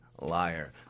liar